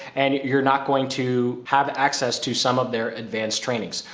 and you're not going to have access to some of their advanced trainings.